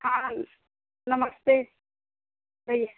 हाँ नमस्ते भैया